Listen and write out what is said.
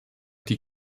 die